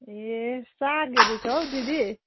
ए सागहरू छ हौ दिदी